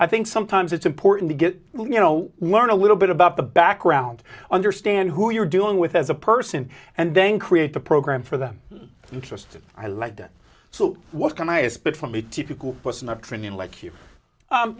i think sometimes it's important to get you know learn a little bit about the background understand who you're dealing with as a person and then create a program for them interested i like that so what can i ask but for me t